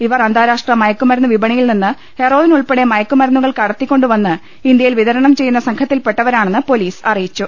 ഇവർ അന്താരാഷ്ട്ര മയക്കുമരുന്നു വിപണിയിൽനിന്ന് ഹെറോയിൻ ഉൾപ്പടെ മയ ക്കുമരുന്നുകൾ കടത്തിക്കൊണ്ടുവന്ന് ഇന്ത്യയിൽ വിതരണം ചെയ്യുന്ന സംഘത്തിൽ പെട്ടവരാണെന്ന് പൊലീസ് അറിയി ച്ചു